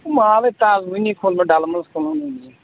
یہِ چھُ مالَٕے تازٕ وُنی کھوٗل مےٚ ڈَلہٕ منٛز وُنی